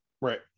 Right